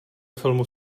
filmu